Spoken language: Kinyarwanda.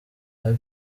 abe